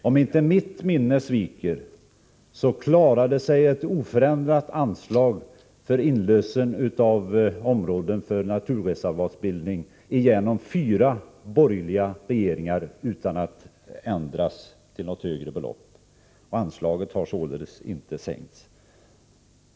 Om inte mitt minne sviker mig, klarade sig ett oförändrat anslag för inlösen av områden för naturreservatsbildning igenom fyra borgerliga regeringar utan ändringar till högre belopp. Anslaget har sålunda inte sänkts.